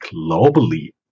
globally